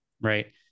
Right